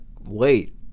Wait